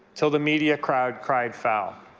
until the media cried cried foul.